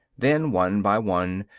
then one by one,